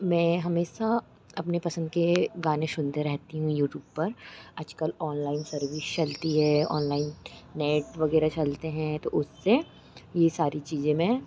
मैं हमेशा अपने पसंद के गाने सुनते रहती हूँ यूटूब पर आज कल ऑनलाइन सर्विश चलती है ऑनलाइन नेट वग़ैरह चलते हैं तो उससे ये सारी चीज़ें मैं